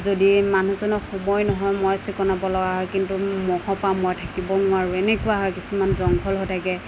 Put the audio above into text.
যদি মানুহজনৰ সময় নহয় মই চিকুনাবলগীয়া হয় কিন্তু মহৰ পৰা মই থাকিব নোৱাৰোঁ এনেকুৱা হয় কিছুমান জংঘল হৈ থাকে